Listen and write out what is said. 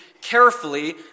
carefully